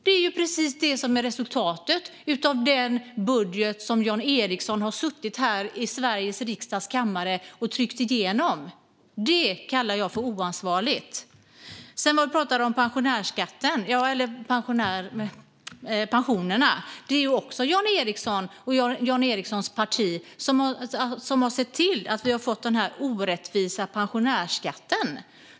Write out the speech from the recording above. Det är ju precis det som är resultatet av den budget som Jan Ericson har suttit här i Sveriges riksdags kammare och tryckt igenom. Detta kallar jag oansvarigt. Extra ändringsbudget för 2019 - Sänkt moms på e-publikationer samt ändrad använd-ning av vissa anslag När det gäller pensionerna vill jag säga att det är Jan Ericson och hans parti som har sett till att vi har fått denna orättvisa pensionärsskatt.